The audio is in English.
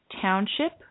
Township